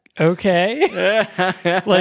okay